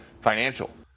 financial